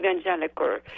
evangelical